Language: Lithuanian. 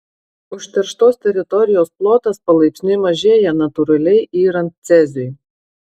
užterštos teritorijos plotas palaipsniui mažėja natūraliai yrant ceziui